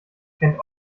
kennt